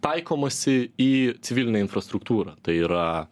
taikomasi į civilinę infrastruktūrą tai yra